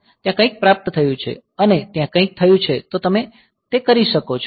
ત્યાં કંઈક પ્રાપ્ત થયું છે અને ત્યાં કંઈક થયું છે તો તમે તે કરી શકો છો